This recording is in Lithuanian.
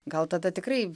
gal tada tikrai